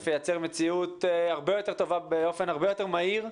ייצר מציאות הרבה יותר טובה באופן הרבה יותר מהיר,